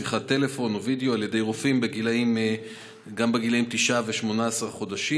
שיחת טלפון או וידיאו עם רופאים גם לגילים 9 ו-18 חודשים,